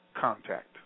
contact